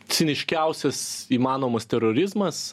ciniškiausias įmanomas terorizmas